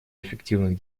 эффективных